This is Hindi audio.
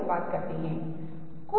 मैं क्या देख रहा हूँ